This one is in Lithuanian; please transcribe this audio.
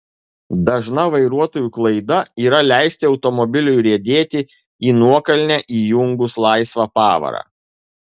dažna vairuotojų klaida yra leisti automobiliui riedėti į nuokalnę įjungus laisvą pavarą